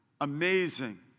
amazing